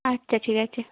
আচ্ছা ঠিক আছে